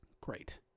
Great